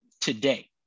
today